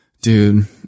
Dude